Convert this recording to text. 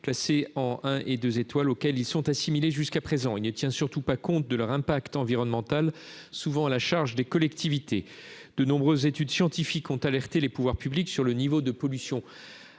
classé en 1 et 2 étoiles auxquels ils sont assimilés jusqu'à présent, il ne tient surtout pas compte de leur impact environnemental, souvent à la charge des collectivités, de nombreuses études scientifiques ont alerté les pouvoirs publics sur le niveau de pollution